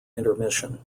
intermission